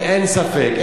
אין ספק.